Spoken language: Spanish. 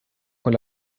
con